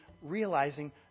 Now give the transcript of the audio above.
realizing